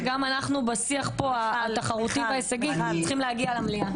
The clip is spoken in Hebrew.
וגם אנחנו בשיח ההישגי והתחרותי פה צריכים להגיע למליאה.